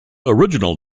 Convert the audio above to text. original